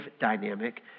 dynamic